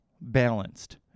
balanced